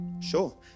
Sure